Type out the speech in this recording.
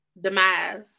demise